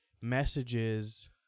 messages